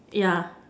yeah